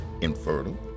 infertile